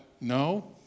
No